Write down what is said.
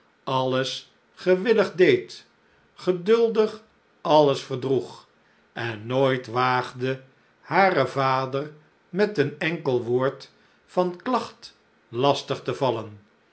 alles gewillig deed geduldig alles verdroeg en nooit waagde haren vader met een enkel woord van klagt lastig te vallen